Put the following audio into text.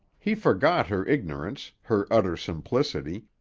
he forgot her ignorance, her utter simplicity,